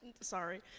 Sorry